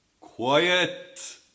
Quiet